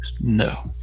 No